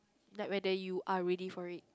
that where they you are ready for it